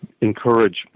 encourage